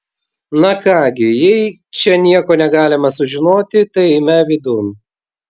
na ką gi jei čia nieko negalime sužinoti tai eime vidun